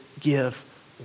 give